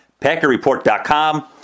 PackerReport.com